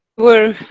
were